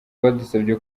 badusabye